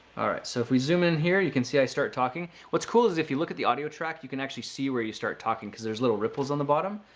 alright, so, if we zoom in here, you can see i start talking. what's cool is if you look at the audio track, you can actually see where you start talking because there's little ripples on the bottom.